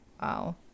Wow